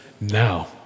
now